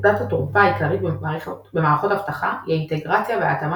נקודת התורפה העיקרית במערכות אבטחה היא האינטגרציה וההתאמה